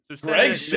Greg